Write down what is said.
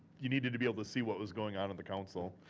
you needed to be able to see what was going on in the console.